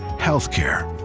healthcare,